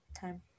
time